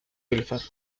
utilizar